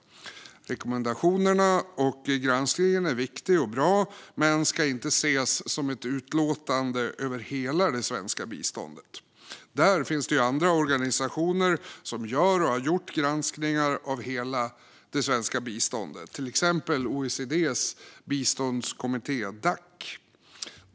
Rekommendationerna och granskningen är viktig och bra men ska inte ses som ett utlåtande över hela det svenska biståndet. Det finns andra organisationer som gör och har gjort granskningar av hela biståndspolitiken, till exempel OECD:s biståndskommitté Dac.